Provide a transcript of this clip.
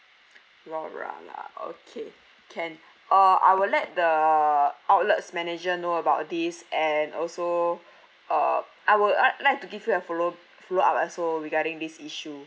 flora lah okay can uh I will let the outlet's manager know about this and also uh I would like like to give you a follow follow up also regarding this issue